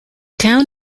town